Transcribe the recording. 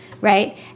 right